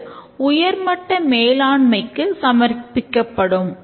இது உயர்மட்ட மேலாண்மைக்கு சமர்ப்பிக்கப்படும்